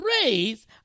praise